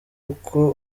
uko